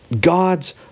God's